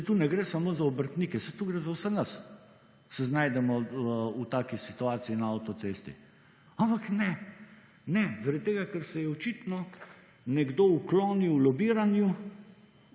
saj tu ne gre samo za obrtnike, saj tu gre za vse nas, se znajdemo v taki situaciji na avtocesti. Ampak ne, ne, zaradi tega, ker se je očitno nekdo uklonil lobiranju